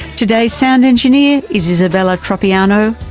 today's sound engineer is isabella tropiano.